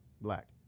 Black